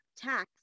Tax